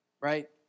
right